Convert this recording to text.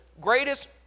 greatest